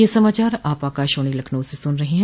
ब्रे क यह समाचार आप आकाशवाणी लखनऊ से सुन रहे हैं